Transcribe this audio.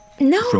No